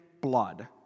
blood